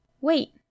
Wait